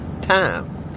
time